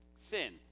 Sin